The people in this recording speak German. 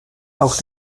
auch